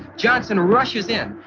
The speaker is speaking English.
johnson rushes in,